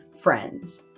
friends